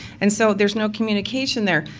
and so there's no communication there.